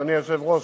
אדוני היושב-ראש,